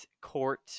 court